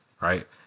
right